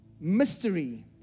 Mystery